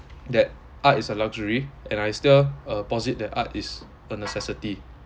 that art is a luxury and I still oppose that art is a necessity